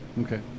Okay